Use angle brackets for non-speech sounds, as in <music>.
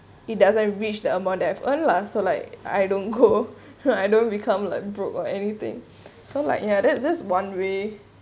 it doesn't reach the amount that I've earn lah so like I don't go <laughs> I don't become like broke or anything so like ya that just one way